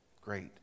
Great